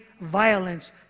violence